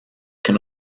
can